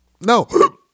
no